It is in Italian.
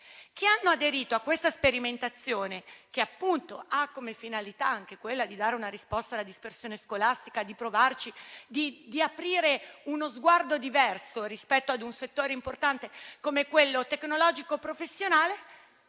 che hanno aderito a questa sperimentazione, che ha come finalità anche quella di dare una risposta alla dispersione scolastica, di provarci, di aprire uno sguardo diverso rispetto a un settore importante come quello tecnologico-professionale,